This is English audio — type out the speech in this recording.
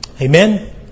Amen